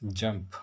jump